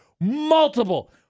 multiple